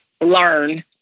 learn